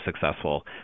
successful